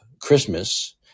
Christmas